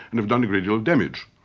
and they've done a great deal of damage.